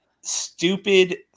stupid